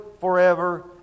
forever